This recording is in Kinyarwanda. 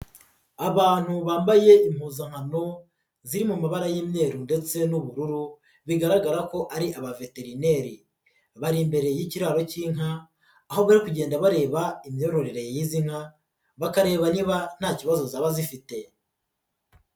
Abantu bambaye impuzankano ziri mu mabara y'imyeru ndetse n'ubururu bigaragara ko ari abaveterineri, bari imbere y'ikiraro cy'inka aho bari kugenda bareba imyororere y'izi nka bakareba niba nta kibazo zaba zifite.